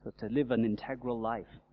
to live an integral life,